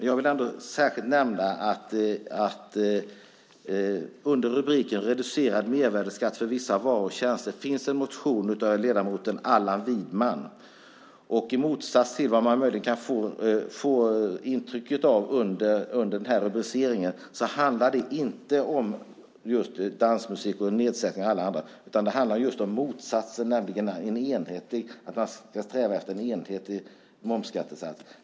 Jag vill särskilt nämna att under rubriken Reducerad mervärdesskatt för vissa varor och tjänster finns en motion av ledamoten Allan Widman. I motsats till vad man möjligen kan få intryck av under den här rubriken handlar det inte om dansmusik och skattenedsättning. Det handlar om motsatsen. Nämligen att man ska sträva efter en enhetlig momsskattesats.